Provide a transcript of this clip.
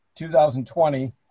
2020